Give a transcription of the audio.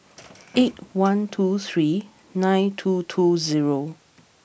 eight one two three nine two two zero